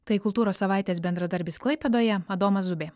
tai kultūros savaitės bendradarbis klaipėdoje adomas zubė